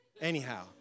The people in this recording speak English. Anyhow